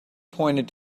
pointed